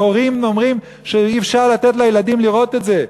שהורים אומרים שאי-אפשר לתת לילדים לראות את זה.